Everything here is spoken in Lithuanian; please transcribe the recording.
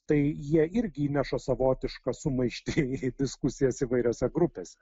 tai jie irgi įneša savotišką sumaištį į diskusijas įvairiose grupėse